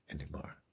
anymore